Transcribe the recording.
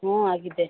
ಹ್ಞೂ ಆಗಿದೆ